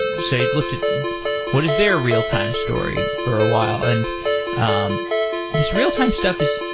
say looked at what is their real time story for a while? and um this real time stuff is